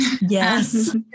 Yes